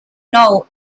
know